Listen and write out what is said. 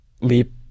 leap